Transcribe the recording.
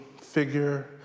figure